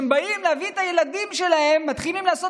שכשהם באים להביא את הילדים שלהם מתחילים לעשות